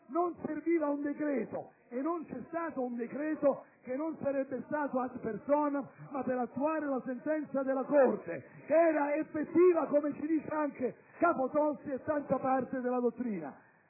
Non serviva e non c'è stato un decreto, che non sarebbe stato *ad personam,* per attuare la sentenza della Corte, che era effettiva, come dice anche Capotosti e tanta parte della dottrina.